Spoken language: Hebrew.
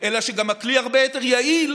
אלא שהכלי הרבה יותר יעיל,